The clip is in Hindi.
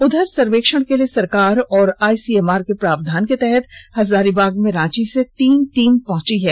उधर सर्वेक्षण के लिए सरकार और आईसीएमआर के प्रावधान के तहत हजारीबाग में राची से तीन टीम पहुंची है